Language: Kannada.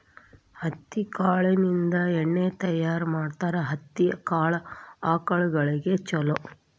ಹತ್ತಿ ಕಾಳಿಂದ ಎಣ್ಣಿ ತಯಾರ ಮಾಡ್ತಾರ ಹತ್ತಿ ಕಾಳ ಆಕಳಗೊಳಿಗೆ ಚುಲೊ